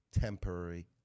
temporary